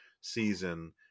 season